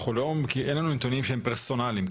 אין לנו נתונים שהם פרסונליים.